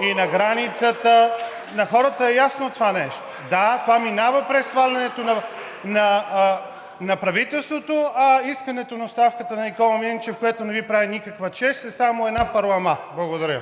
„Ууу!“) На хората е ясно това нещо. Да, това минава през свалянето на правителството, а искането на оставката на Никола Минчев, което не Ви прави никаква чест, е само една парлама. Благодаря.